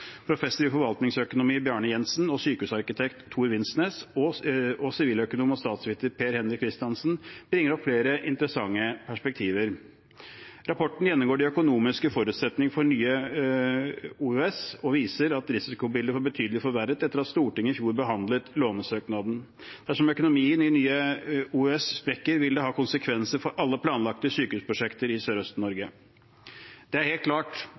professor i forvaltningsøkonomi Bjarne Jensen, sykehusarkitekt Tor I. Winsnes og siviløkonom og statsviter Per H. Christiansen, bringer opp flere interessante perspektiver. Rapporten gjennomgår de økonomiske forutsetningene for Nye OUS og viser at risikobildet er blitt betydelig forverret etter at Stortinget i fjor behandlet lånesøknaden. Dersom økonomien i Nye OUS sprekker, vil det ha konsekvenser for alle planlagte sykehusprosjekter i Sørøst-Norge. Det er helt klart